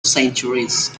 centuries